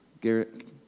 Garrett